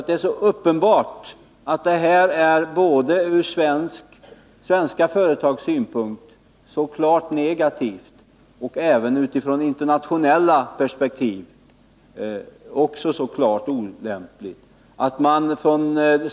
Det är uppenbart att detta både ur svenska företags synpunkt ochi internationella perspektiv är klart negativt och olämpligt.